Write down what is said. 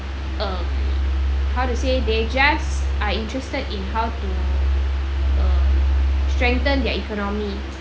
um how to say they just are interested in how to um strengthen their economy